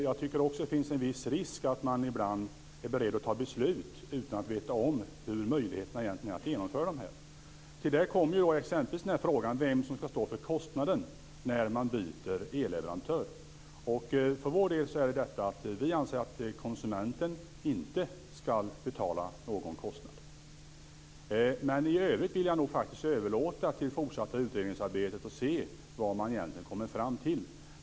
Jag tycker också att det finns en viss risk att man ibland är beredd att fatta beslut utan att veta något om möjligheterna att genomföra dem. Ett exempel är frågan om vem som skall stå för kostnaden när man byter elleverantör. För vår del anser vi att konsumenten inte skall betala någon kostnad. I övrigt vill jag nog överlåta på det fortsatta utredningsarbetet att se vad man egentligen kommer fram till.